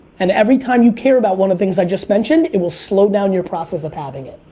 and every time you care about one of the things i just mentioned, it will slow down your process of having it.